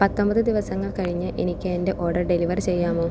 പത്തൊമ്പത് ദിവസങ്ങൾ കഴിഞ്ഞ് എനിക്ക് എന്റെ ഓർഡർ ഡെലിവർ ചെയ്യാമോ